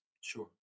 Sure